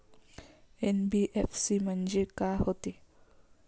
NBFC म्हणजे का होते?